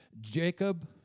Jacob